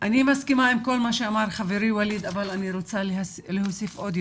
אני מסכימה עם כל מה שאמר חברי וואליד אבל אני רוצה להוסיף עוד.